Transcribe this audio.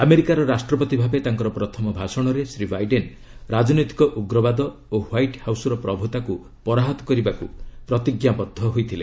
ଆମେରିକାର ରାଷ୍ଟ୍ରପତି ଭାବେ ତାଙ୍କର ପ୍ରଥମ ଭାଷଣରେ ଶ୍ରୀ ବାଇଡେନ୍ ରାଜନୈତିକ ଉଗ୍ରବାଦ ଓ ହ୍ୱାଇଟ୍ ହାଉସ୍ର ପ୍ରଭୃତାକୁ ପରାହତ କରିବାକୁ ପ୍ରତିଜ୍ଞାବଦ୍ଧ ହୋଇଥିଲେ